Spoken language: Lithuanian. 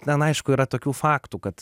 ten aišku yra tokių faktų kad